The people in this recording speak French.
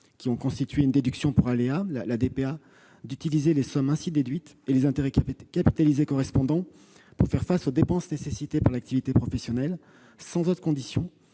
qui ont constitué une déduction pour aléas (DPA) d'utiliser les sommes ainsi déduites et les intérêts capitalisés correspondants pour faire face aux dépenses nécessitées par l'activité professionnelle sans autre condition